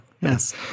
Yes